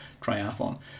triathlon